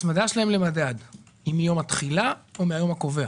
ההצמדה שלהם למדד היא מיום התחילה או מן היום הקובע?